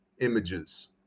images